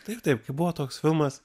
taip taip buvo toks filmas